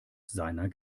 seiner